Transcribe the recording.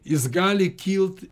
jis gali kilt